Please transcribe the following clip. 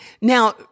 Now